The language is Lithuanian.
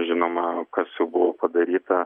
žinoma kas jau buvo padaryta